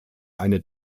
eine